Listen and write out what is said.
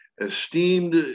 esteemed